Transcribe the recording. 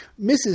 Mrs